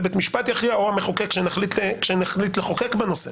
זה בית משפט יכריע או המחוקק כשנחליט לחוקק בנושא,